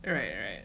right right